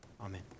Amen